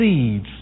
seeds